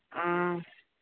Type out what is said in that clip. ꯑꯥ